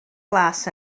glas